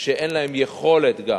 שאין להם יכולת גם